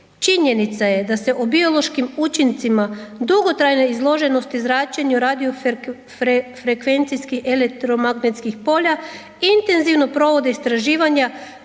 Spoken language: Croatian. Činjenica je da se o biološkim učincima dugotrajne izloženosti zračenje radiofrekvencijskih, elektromagnetskih polja intenzivno provode istraživanja